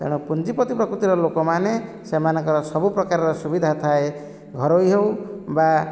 ତେଣୁ ପୁଞ୍ଜିପତି ପ୍ରକୃତିର ଲୋକମାନେ ସେମାନଙ୍କର ସବୁପ୍ରକାରର ସୁବିଧା ଥାଏ ଘରୋଇ ହେଉ ବା